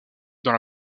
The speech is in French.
dans